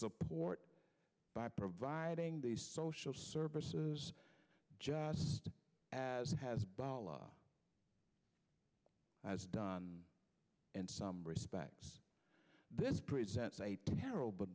support by providing these social services just as has bylaws has done and some respects this presents a terrel but